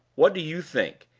what do you think?